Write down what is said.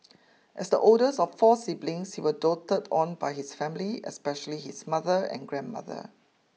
as the oldest of four siblings he were doted on by his family especially his mother and grandmother